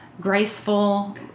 graceful